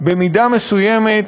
במידה מסוימת,